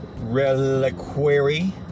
Reliquary